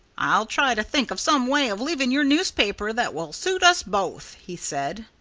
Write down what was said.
i'll try to think of some way of leaving your newspaper that will suit us both, he said.